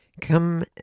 come